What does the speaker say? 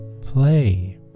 play